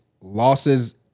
losses